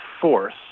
force